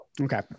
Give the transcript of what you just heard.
Okay